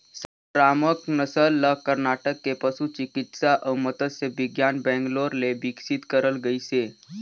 संकरामक नसल ल करनाटक के पसु चिकित्सा अउ मत्स्य बिग्यान बैंगलोर ले बिकसित करल गइसे